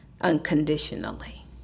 unconditionally